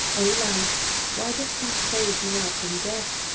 o life, why dost thou close me up in death?